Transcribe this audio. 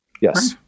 Yes